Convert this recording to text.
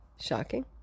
shocking